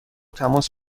تماس